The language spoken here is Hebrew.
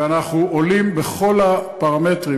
ואנחנו עולים בכל הפרמטרים,